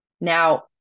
Now